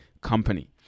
company